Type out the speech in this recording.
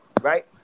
right